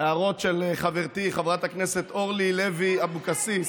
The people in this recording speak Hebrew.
הערות של חברתי חברת הכנסת אורלי לוי אבקסיס,